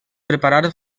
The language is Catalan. preparar